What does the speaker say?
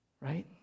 Right